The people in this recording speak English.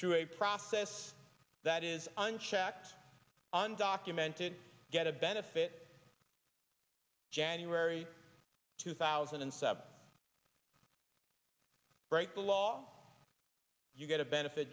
through a process that is unchecked undocumented get a benefit january two thousand and seven break the law you get a benefit